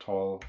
tall.